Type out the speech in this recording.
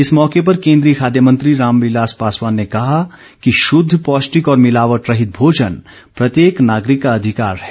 इस मौके पर केन्द्रीय खाद्य मंत्री रामविलास पासवान ने कहा कि शुद्ध पौष्टिक और मिलावट रहित भोजन प्रत्येक नागरिक का अधिकार है